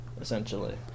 essentially